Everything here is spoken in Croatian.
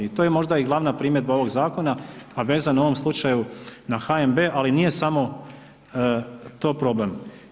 I to je možda i glavna primjedba ovog zakona a vezano u ovom slučaju na HNB ali nije samo to problem.